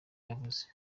yavuze